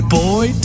boy